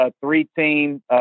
three-team